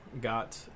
got